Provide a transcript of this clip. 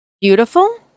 beautiful